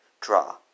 Draw